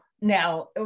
Now